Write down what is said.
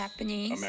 Japanese